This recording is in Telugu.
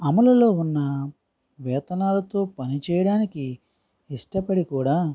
అమలులో ఉన్న వేతనాలతో పని చేయడానికి ఇష్టపడి కూడా